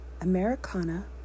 Americana